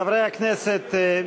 חברי הכנסת,